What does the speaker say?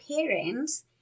parents